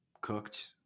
cooked